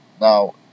Now